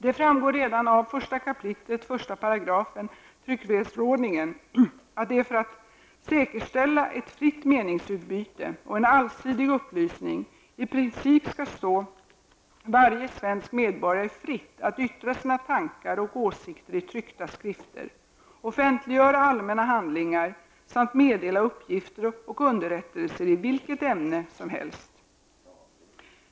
Det framgår redan av 1 kap. 1 § tryckfrihetsförordningen att det för att säkerställa ett fritt meningsutbyte och en allsidig upplysning i princip skall stå varje svensk medborgare fritt att yttra sina tankar och åsikter i tryckta skrifter, offentliggöra allmänna handlingar samt meddela uppgifter och underrättelser i vilket ämne som helst.